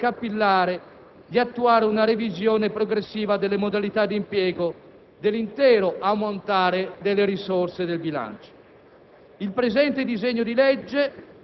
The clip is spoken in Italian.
allo stesso tempo generale e capillare, di attuare una revisione progressiva delle modalità d'impiego dell'intero ammontare delle risorse del bilancio.